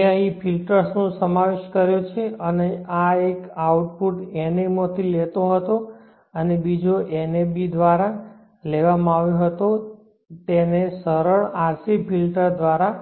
મેં અહીં ફિલ્ટર્સનો સમાવેશ કર્યો છે એક આ આઉટપુટ nA માંથી લેતો હતો અને બીજો nAb દ્વારા લેવામાં આવ્યો હતો તેને સરળ આરસી ફિલ્ટર દ્વારા